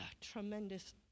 Tremendous